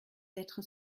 d’être